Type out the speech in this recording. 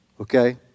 Okay